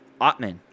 Otman